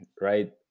right